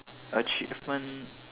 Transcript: achievement